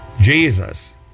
Jesus